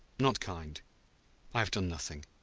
not kind i have done nothing.